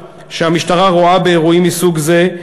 שהמשטרה רואה בטיפול באירועים מסוג זה,